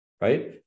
right